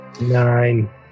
Nine